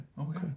Okay